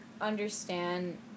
understand